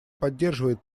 поддерживает